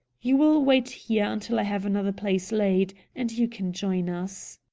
you will wait here until i have another place laid, and you can join us.